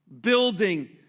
Building